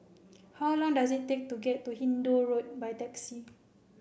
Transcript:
how long does it take to get to Hindoo Road by taxi